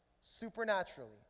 supernaturally